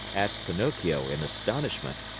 asked pinocchio in astonishment.